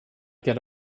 get